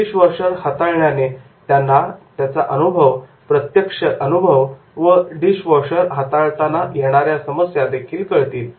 dish washer हाताळल्याने त्याला त्याचा प्रत्यक्ष अनुभव व डिश वॉशर हाताळताना येणाऱ्या समस्या देखील त्याला कळतील